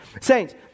Saints